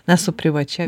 na su privačia